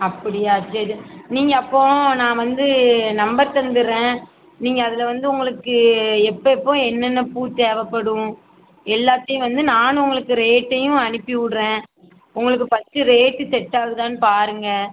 அப்படியா சரி நீங்கள் அப்போ நான் வந்து நம்பர் தந்துடுறேன் நீங்கள் அதில் வந்து உங்களுக்கு எப்பெப்போ என்னென்ன பூ தேவைப்படும் எல்லாத்தையும் வந்து நான் உங்களுக்கு ரேட்டையும் அனுப்பிவிட்றேன் உங்களுக்கு ஃபர்ஸ்ட்டு ரேட்டு செட்டாகுதான்னு பாருங்கள்